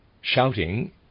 shouting